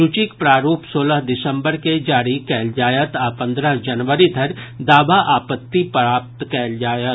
सूचीक प्रारूप सोलह दिसम्बर के जारी कयल जायत आ पंद्रह जनवरी धरि दावा आपत्ति प्राप्त कयल जायत